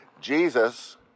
Jesus